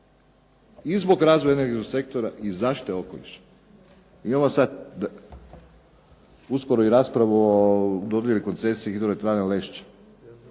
i zbog razvoja energetskog sektora i zaštite okoliša. Uskoro je i rasprava o dodjeli koncesija hidroelektrani Lešće,